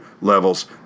levels